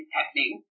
happening